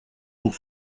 pour